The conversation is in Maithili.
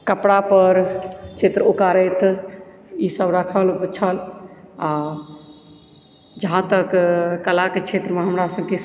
कपड़ा पर चित्र उकाड़थि ई सब रखल छल आ